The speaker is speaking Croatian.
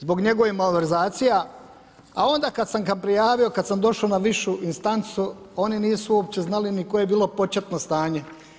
Zbog njegovih malverzacija a onda kada sam ga prijavio, kada sam došao na višu instancu oni nisu opće znali koje je bilo početno stanje.